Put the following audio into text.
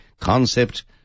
concept